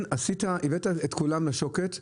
הבאת את כולם לשוקת,